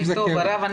טוב הרב,